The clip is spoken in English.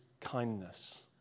kindness